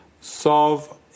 solve